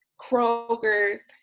Kroger's